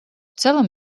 целом